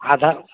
ଆଧାର